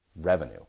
revenue